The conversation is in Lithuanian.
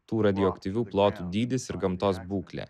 tų radioaktyvių plotų dydis ir gamtos būklė